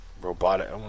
robotic